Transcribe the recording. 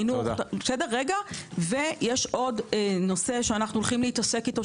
יש עוד נושא שאנחנו הולכים להתעסק בו,